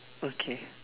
okay